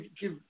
give